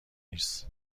نیست